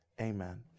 Amen